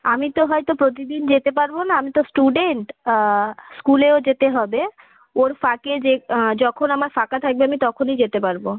আমি তো হয়তো প্রতিদিন যেতে পারবো না আমি তো স্টুডেন্ট স্কুলেও যেতে হবে ওর ফাঁকে যে যখন আমার ফাঁকা থাকবে আমি তখনই যেতে পারবো